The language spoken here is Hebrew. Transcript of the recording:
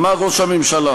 אמר ראש הממשלה: